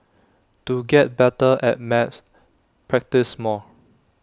to get better at maths practise more